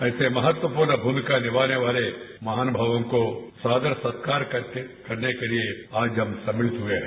ऐसे महत्वपूर्ण भूमिका निभाने वाले महानुभावों को सादर सत्कार करने के लिए आज हम सम्मिलित हुए हैं